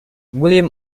william